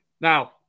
Now